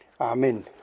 Amen